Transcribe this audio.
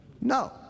No